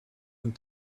and